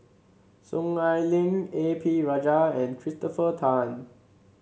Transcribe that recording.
Soon Ai Ling A P Rajah and Christopher Tan